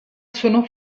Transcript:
sono